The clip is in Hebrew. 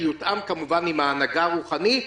שיותאם כמובן עם ההנהגה הרוחנית,